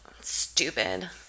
Stupid